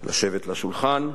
לשבת לשולחן.